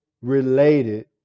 related